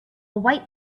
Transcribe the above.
white